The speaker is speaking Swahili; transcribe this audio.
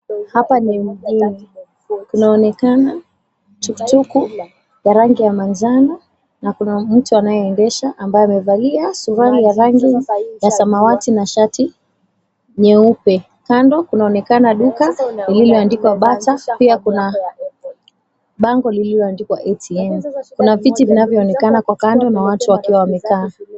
Hapa ni mjini, kunaonekana tukutuku ya rangi ya manjano na kuna mtu anayeendesha ambaye amevalia suruali ya rangi ya samawati na shati nyeupe. Kando kunaonekana duka lililoandikwa Bata, pia kuna bango lililoandikwa ATM. Kuna viti vinavyoonekana kwa kando na watu wakiwa wamekaa.